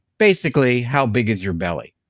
basically, how big is your belly.